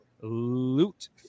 loot